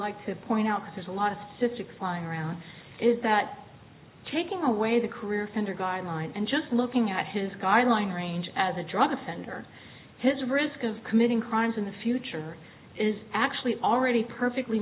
like to point out that there's a lot of cystic flying around is that taking away the career offender guidelines and just looking at his guideline range as a drug offender his risk of committing crimes in the future is actually already perfectly